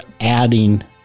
adding